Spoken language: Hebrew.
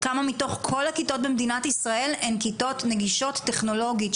כמה מתוך כל הכיתות במדינת ישראל הן כיתות נגגישות טכנולוגית,